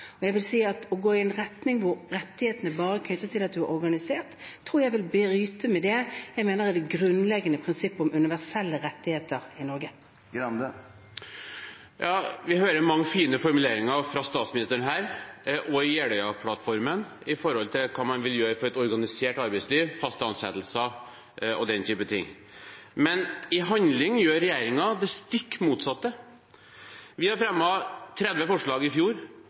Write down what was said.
Å gå i en retning hvor rettighetene bare er knyttet til at man er organisert, tror jeg vil bryte med det jeg mener er det grunnleggende prinsippet om universelle rettigheter i Norge. Vi hører mange fine formuleringer fra statsministeren her og i Jeløya-plattformen om hva man vil gjøre for et organisert arbeidsliv, faste ansettelser og den type ting. Men i handling gjør regjeringen det stikk motsatte. Vi fremmet 30 forslag i fjor